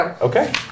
Okay